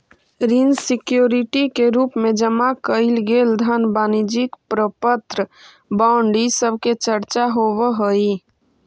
ऋण सिक्योरिटी के रूप में जमा कैइल गेल धन वाणिज्यिक प्रपत्र बॉन्ड इ सब के चर्चा होवऽ हई